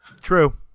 True